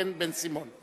ולאחר מכן, בן-סימון.